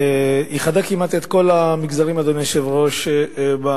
איחדה כמעט את כל המגזרים במדינה,